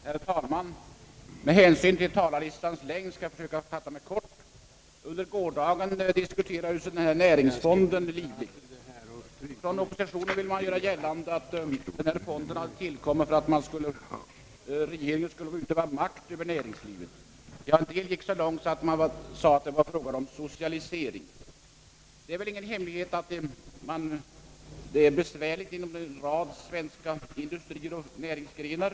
Herr talman! Jag skall med hänsyn till talarlistans längd försöka fatta mig kort. Under gårdagen diskuterades livligt den av regeringen föreslagna näringslivsfonden. Från oppositionen vill man göra gällande att denna fond tillkommit för att regeringen skulle få möjlighet att »utöva makt» över näringslivet. Ja, en del har gått så långt som att beteckna den som en form av socialisering. Det är ingen hemlighet att det råder besvärligheter inom en rad svenska industrier och näringsgrenar.